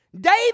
David